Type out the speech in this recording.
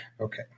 Okay